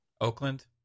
Oakland